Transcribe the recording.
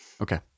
Okay